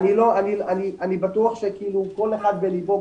ואני בטוח שכל אחד בליבו,